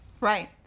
Right